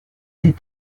est